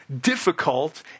difficult